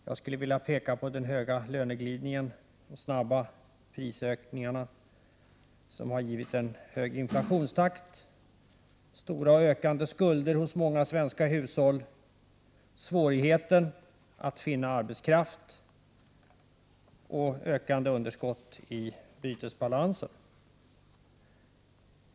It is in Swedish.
Jag skulle vilja peka på den stora löneglidningen och de snabba prisökningarna som har lett till en hög inflationstakt, stora och ökande skulder för många hushåll, svårigheter att finna arbetskraft och ökande underskott i bytesbalansen.